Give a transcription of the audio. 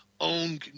own